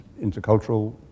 intercultural